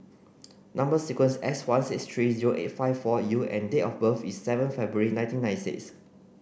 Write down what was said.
number sequence is S one six three zero eight five four U and date of birth is seven February nineteen ninety six